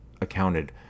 accounted